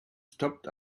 stopped